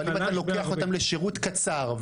אבל אם אתה לוקח אותם לשירות קצר,